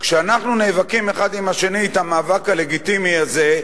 כשאנחנו נאבקים האחד עם השני את המאבק הלגיטימי הזה,